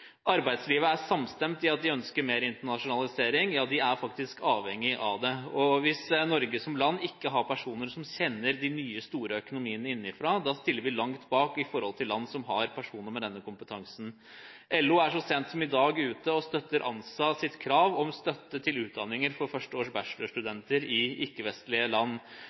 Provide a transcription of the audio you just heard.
Arbeidslivet er samstemt i at de ønsker mer internasjonalisering; ja, de er faktisk avhengig av det. Hvis Norge som land ikke har personer som kjenner de nye, store økonomiene innenfra, stiller vi langt bak land som har personer med denne kompetansen. LO er så sent som i dag ute og støtter ANSAs krav om støtte til utdanninger for førsteårs bachelorstudenter i ikke-vestlige land.